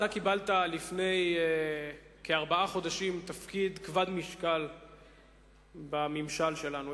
אתה קיבלת לפני כארבעה חודשים תפקיד כבד משקל בממשל שלנו,